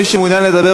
מי שמעוניין לדבר,